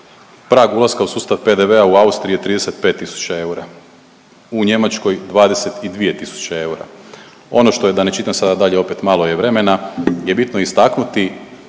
Prag ulaska u sustav PDV-a u Austriji je 35000 eura, u Njemačkoj 22000 eura. Ono što je, da ne čitam sada dalje opet malo je vremena je bitno istaknuti